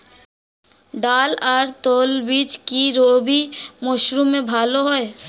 ডাল আর তৈলবীজ কি রবি মরশুমে ভালো হয়?